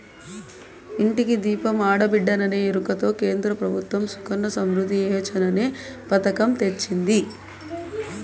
ఇంటికి దీపం ఆడబిడ్డేననే ఎరుకతో కేంద్ర ప్రభుత్వం సుకన్య సమృద్ధి యోజననే పతకం తెచ్చింది